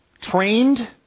trained